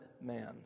man